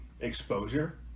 exposure